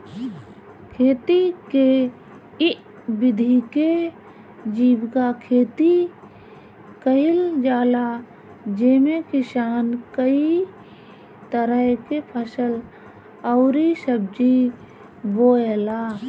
खेती के इ विधि के जीविका खेती कहल जाला जेमे किसान कई तरह के फसल अउरी सब्जी बोएला